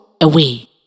away